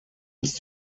ist